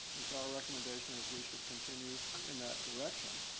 and so our recommendation is we should continue in that direction